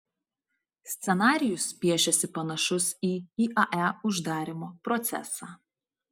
scenarijus piešiasi panašus į iae uždarymo procesą